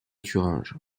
thuringe